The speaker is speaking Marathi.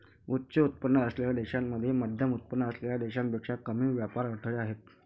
उच्च उत्पन्न असलेल्या देशांमध्ये मध्यमउत्पन्न असलेल्या देशांपेक्षा कमी व्यापार अडथळे आहेत